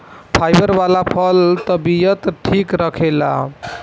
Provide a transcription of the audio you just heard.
fibre वाला फल तबियत ठीक रखेला